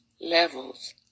levels